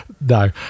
no